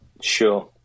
Sure